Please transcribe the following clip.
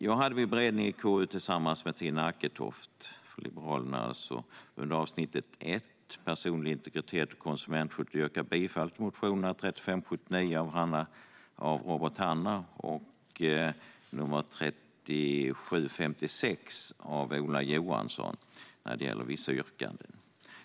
Jag hade vid beredningen i KU, tillsammans med Tina Acketoft från Liberalerna, under avsnitt 1 om personlig integritet och konsumentskydd yrkat bifall till motionerna 3579 av Robert Hannah med flera och 3756 av Ola Johansson med flera när det gällde vissa yrkanden.